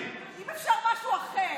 יש להם מיקרופון, אני לא יכול להתמודד איתם.